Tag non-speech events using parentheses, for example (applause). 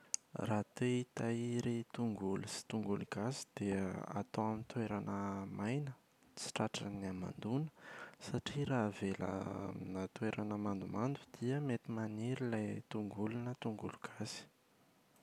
Raha te hitahiry tongolo sy tongolo gasy dia atao amin’ny toerana (hesitation) maina, tsy tratran’ny hamandona. Satria raha avela (hesitation) aminà toerana mandomando dia mety maniry ilay tongolo na tongolo gasy.